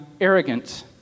arrogant